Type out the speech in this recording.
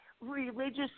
religious